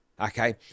okay